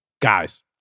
Guys